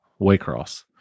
Waycross